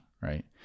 Right